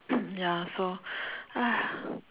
ya so